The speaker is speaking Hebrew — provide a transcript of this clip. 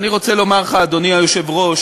אני רוצה לומר לך, אדוני היושב-ראש,